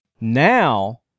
now